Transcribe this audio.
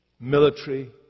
Military